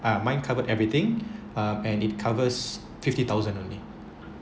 ah mine covered everything uh and and it covers fifty thousand only